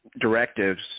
directives